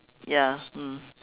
ya mm